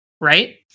Right